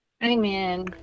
Amen